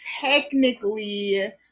technically